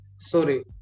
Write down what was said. Sorry